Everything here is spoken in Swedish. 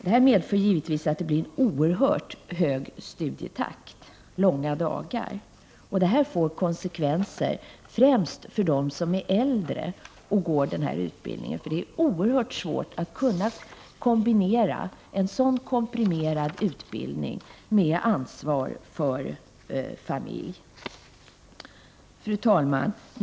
Det medför givetvis en mycket hög studietakt och långa dagar, vilket får konsekvenser främst för de äldre som går på denna utbildning. Det är oerhört svårt att kunna kombinera en så komprimerad utbildning med ansvar för familj. Fru talman!